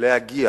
להגיע